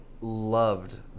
loved